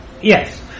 Yes